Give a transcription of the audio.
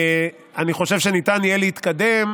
אני חושב שניתן יהיה להתקדם,